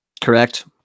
Correct